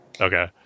Okay